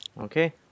Okay